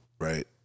Right